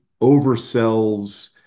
oversells